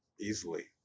Easily